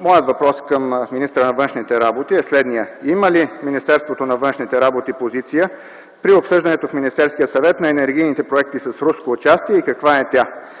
Моят въпрос към министъра на външните работи е следният: има ли Министерството на външните работи позиция при обсъждането в Министерския съвет на енергийните проекти с руско участие и каква е тя?